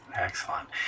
Excellent